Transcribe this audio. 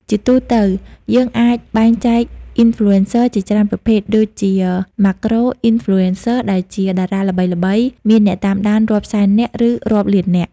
ជាទូទៅ យើងអាចបែងចែក Influencer ជាច្រើនប្រភេទ ដូចជា Macro-Influencers ដែលជាតារាល្បីៗមានអ្នកតាមដានរាប់សែននាក់ ឬរាប់លាននាក់។